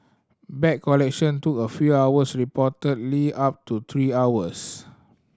bag collection took a few hours reportedly up to three hours